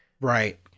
right